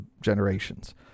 generations